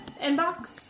inbox